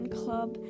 club